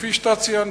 כפי שאתה ציינת,